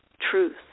truth